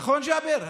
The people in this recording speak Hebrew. נכון, ג'אבר?